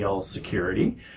Security